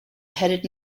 headed